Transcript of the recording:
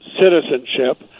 citizenship